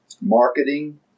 marketing